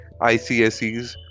ICSEs